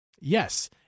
Yes